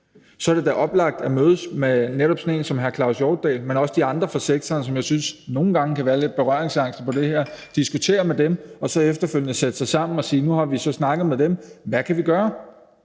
Så er det da oplagt at mødes med netop sådan en som Claus Hjortdal, men også med de andre fra sektoren, som jeg synes nogle gange kan være lidt berøringsangste, diskutere med dem og så efterfølgende sætte os sammen og sige: Nu har vi snakket med dem, hvad kan vi gøre?